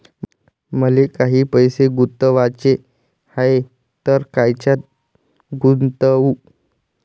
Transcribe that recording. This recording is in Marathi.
मले काही पैसे गुंतवाचे हाय तर कायच्यात गुंतवू?